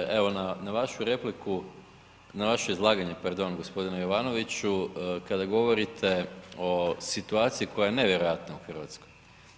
Hvala lijepo kolega potpredsjedniče, evo na vašu repliku, na vaše izlaganje, pardon, g. Jovanoviću, kada govorite o situaciji koja je nevjerojatna u Hrvatskoj,